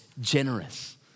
generous